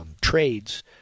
trades